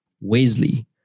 Wesley